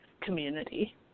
community